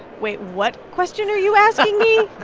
wait. what question are you asking me?